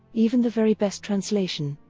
even the very best translation,